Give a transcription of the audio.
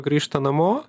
grįžta namo